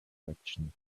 direction